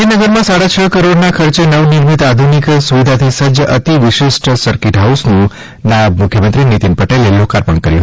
ગાંધીનગરમાં સાડા છ કરોડના ખર્ચે નવનિર્મિત આધુનિક સુવિધાથી સજ્જ અતિ વિશિષ્ટ સરકીટ હાઉસનું નાયબ મુખ્યમંત્રીશ્રી નીતિનભાઇ પટેલે લોકાર્પણ કર્યુ હતું